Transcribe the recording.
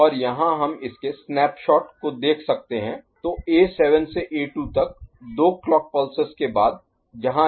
और यहाँ हम इसके स्नैपशॉट को देख सकते हैं तो A7 से A2 तक दो क्लॉक पल्सेस के बाद जहां यह है